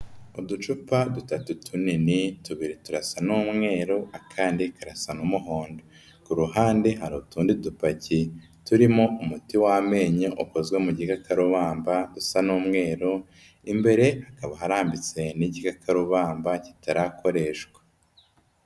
Uducupa dutatu tunini, tubiri turasa n'umweru akandi karasa n'umuhondo, ku ruhande hari utundi dupaki turimo umuti w'amenyo ukozwe mu gikakarubamba usa n'umweru, imbere hakaba harambitse n'igikakarubamba kitarakoreshwa.